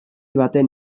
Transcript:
baten